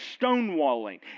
stonewalling